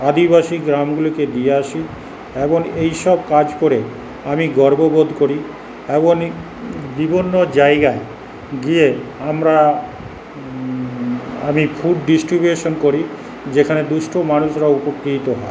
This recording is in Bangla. আদিবাসী গ্রামগুলোকে দিয়ে আসি এবং এইসব কাজ করে আমি গর্ব বোধ করি এমনই বিভিন্ন জায়গায় গিয়ে আমরা আমি ফুড ডিস্ট্রিবিউশন করি যেখানে দুঃস্থ মানুষরা উপকৃত হয়